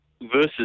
versus